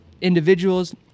individuals